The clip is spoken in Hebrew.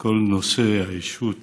כל נושא האישות